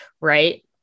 right